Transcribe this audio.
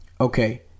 Okay